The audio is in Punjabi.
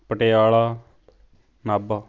ਪਟਿਆਲਾ ਨਾਭਾ